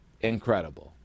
incredible